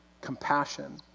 Compassion